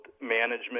management